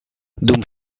dum